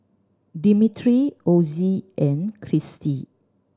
Dimitri Ozzie and Cristy